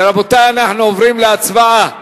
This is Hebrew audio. רבותי, אנחנו עוברים להצבעה.